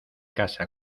casa